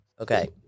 Okay